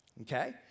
okay